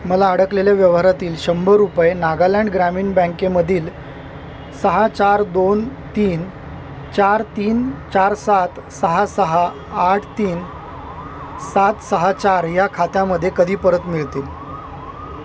मला अडकलेल्या व्यवहारातील शंभर रुपये नागालँड ग्रामीण बँकेमधील सहा चार दोन तीन चार तीन चार सात सहा सहा आठ तीन सात सहा चार या खात्यामधे कधी परत मिळतील